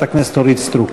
חברת הכנסת אורית סטרוק.